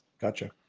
Gotcha